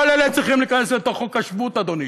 כל אלה צריכים להיכנס אל תוך חוק השבות, אדוני.